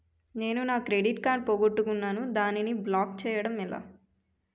నేను నా credit card పోగొట్టుకున్నాను దానిని బ్లాక్ చేయడం ఎలా?